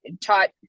taught